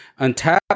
Untap